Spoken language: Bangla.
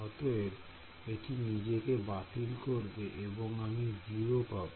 অতএব এটি নিজেকে বাতিল করবে এবং আমি 0 পাব